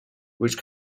which